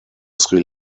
sri